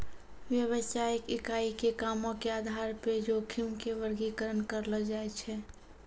व्यवसायिक इकाई के कामो के आधार पे जोखिम के वर्गीकरण करलो जाय छै